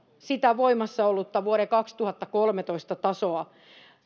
sitä voimassa ollutta vuoden kaksituhattakolmetoista tasoa